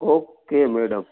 okay madam